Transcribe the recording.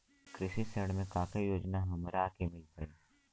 कृषि ऋण मे का का योजना हमरा के मिल पाई?